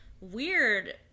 weird